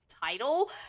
title